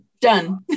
done